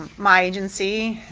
ah my agency,